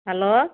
hello